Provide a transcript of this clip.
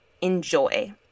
enjoy